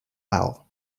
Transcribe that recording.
owl